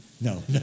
No